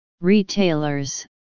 retailers